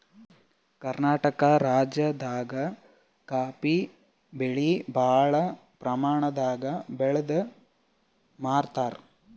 ಕರ್ನಾಟಕ್ ರಾಜ್ಯದಾಗ ಕಾಫೀ ಬೆಳಿ ಭಾಳ್ ಪ್ರಮಾಣದಾಗ್ ಬೆಳ್ದ್ ಮಾರ್ತಾರ್